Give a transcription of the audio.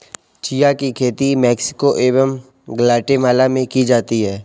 chia की खेती Mexico एवं ग्वाटेमाला में की जाती है